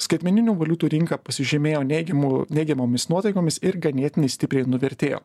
skaitmeninių valiutų rinka pasižymėjo neigiamu neigiamomis nuotaikomis ir ganėtinai stipriai nuvertėjo